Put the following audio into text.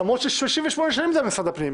למרות ש-38 שנים זה היה במשרד הפנים,